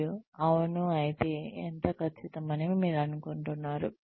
మరియు అవును అయితే ఎంత ఖచ్చితం అని మీరు అనుకుంటున్నారు